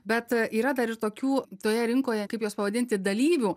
bet yra dar ir tokių toje rinkoje kaip jos pavadinti dalyvių